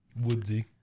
Woodsy